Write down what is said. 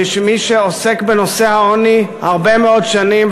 כמי שעוסק בנושא העוני הרבה מאוד שנים,